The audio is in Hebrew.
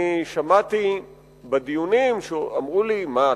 אני שמעתי בדיונים שאמרו לי: מה,